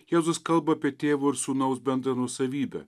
jėzus kalba apie tėvo ir sūnaus bendrą nuosavybę